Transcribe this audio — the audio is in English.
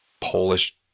Polish